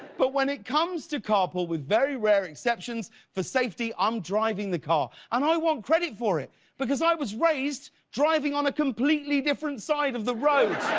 but when it comes to carpool, with very rare exceptions for safety, i'm driving the car. and i want credit for it because i was raised driving on a completely different side of the road.